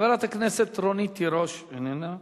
חברת הכנסת רונית תירוש, איננה.